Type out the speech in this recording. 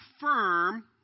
firm